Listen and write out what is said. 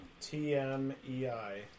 T-M-E-I